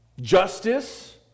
justice